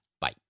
bye